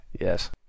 Yes